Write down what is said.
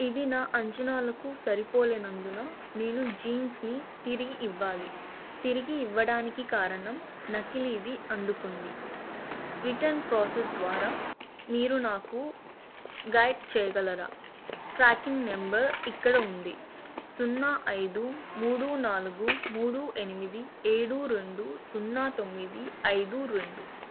ఇది నా అంచనాలకు సరిపోలేనందున నేను జీన్స్ని తిరిగి ఇవ్వాలి తిరిగి ఇవ్వడానికి కారణం నకిలీది అందుకుంది రిటర్న్ ప్రాసెస్ ద్వారా మీరు నాకు గైడ్ చేయగలరా ట్రాకింగ్ నెంబర్ ఇక్కడ ఉంది సున్నా ఐదు మూడు నాలుగు మూడు ఎనిమిది ఏడు రెండు సున్నా తొమ్మిది ఐదు రెండు